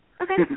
Okay